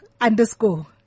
underscore